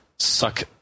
suck